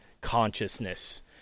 consciousness